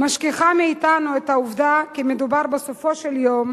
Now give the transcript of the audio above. משכיחה מאתנו את העובדה שמדובר בסופו של יום